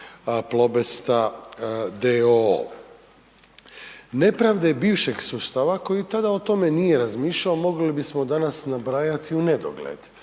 Plobest d.o.o. Nepravde bivšeg sustava koji tada o tome nije razmišljao mogli bismo danas nabrajati u nedogled,